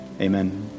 amen